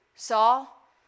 Saul